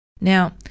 Now